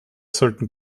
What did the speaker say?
sollten